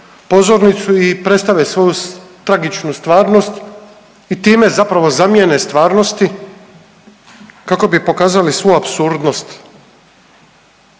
pozornicu i predstave svoju tragičnu stvarnost i time zapravo zamijene stvarnosti kako bi pokazali svu apsurdnost